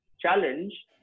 challenge